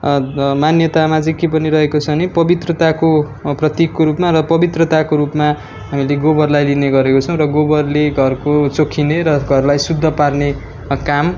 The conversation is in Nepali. मान्यतामा के पनि रहेको छ भने पवित्रताको प्रतिकको रूपमा र पवित्रताको रूपमा हामीले गोबरलाई लिनेगरेको छौँ र गोबरले घरको चोखिने र घरलाई शुद्ध पार्ने काम